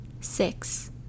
Six